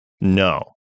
No